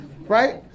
right